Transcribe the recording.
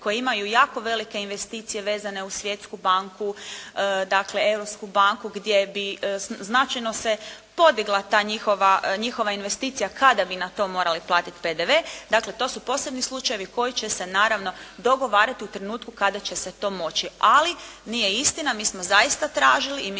koje imaju jako velike investicije vezane uz Svjetsku banku dakle Europsku banku gdje bi značajno se podigla ta njihova investicija kad bi na to morali platiti PDV. Dakle, to su posebni slučajevi koji će se naravno dogovarati u trenutku kada će se to moći, ali nije istina, mi smo zaista tražili i